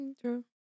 true